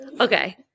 Okay